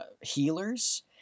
healers